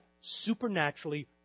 supernaturally